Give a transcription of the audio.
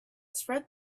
spread